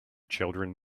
children